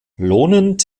lohnend